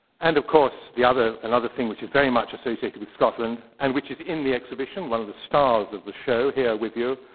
and of course, the other and other thing which is very much associated with scotland, and which is in the exhibition, one of the stars of the show here with you,